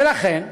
ולכן,